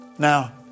Now